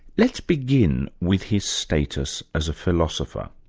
let's begin with his status as a philosopher.